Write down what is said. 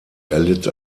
erlitt